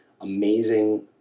amazing